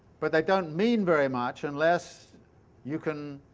but they don't mean very much, unless you can